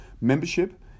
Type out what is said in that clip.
membership